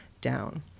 down